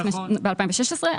ב-2016.